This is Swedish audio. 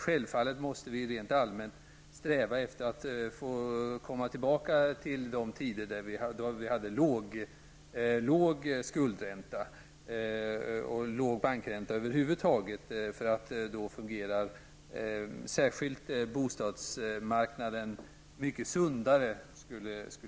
Självfallet måste vi rent allmänt sträva efter att komma tillbaka till de tider då vi hade låg skuldränta och låg bankränta över huvud taget. Bostadsmarknaden skulle då fungera mycket sundare.